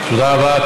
תודה רבה.